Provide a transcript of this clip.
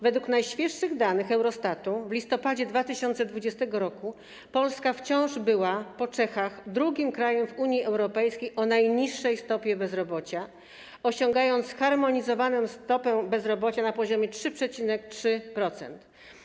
Według najświeższych danych Eurostatu w listopadzie 2020 r. Polska wciąż była, po Czechach, drugim krajem w Unii Europejskiej o najniższej stopie bezrobocia, osiągając zharmonizowaną stopę bezrobocia na poziomie 3,3%.